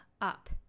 up